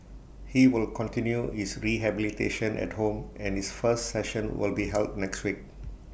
he will continue his rehabilitation at home and his first session will be held next week